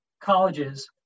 colleges